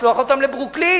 לשלוח אותם לברוקלין.